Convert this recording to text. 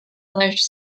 flesh